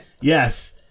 yes